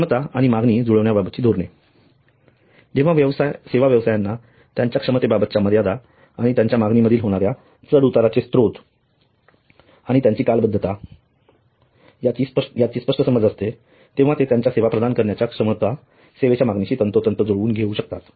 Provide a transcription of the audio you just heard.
क्षमता आणि मागणी जुळविण्याबाबतची धोरणे जेव्हा सेवा व्यवसायांना त्यांच्या क्षमतेबाबतच्या मर्यादा आणि त्यांच्या मागणी मधील होणाऱ्या उतार चढ़ावांचे स्त्रोत आणि त्यांची कालब्धता यांची स्पष्ट समज असते तेव्हा ते त्यांच्या सेवा प्रदान करण्याच्या क्षमता सेवेच्या मागणीशी तंतोतंतपणा जुळवून घेऊ शकतात